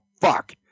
fuck